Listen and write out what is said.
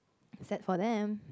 sad for them